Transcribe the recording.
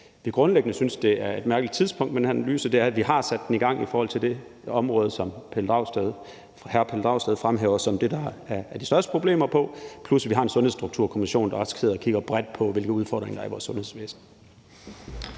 at vi grundlæggende synes, at det er et mærkeligt tidspunkt med den her analyse, er, at vi har sat den i gang i forhold til det område, som hr. Pelle Dragsted fremhæver som det, der er de største problemer på, plus vi har en Sundhedsstrukturkommission, der også sidder og kigger bredt på, hvilke udfordringer der er i vores sundhedsvæsen.